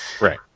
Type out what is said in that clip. right